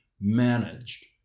managed